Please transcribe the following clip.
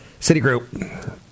Citigroup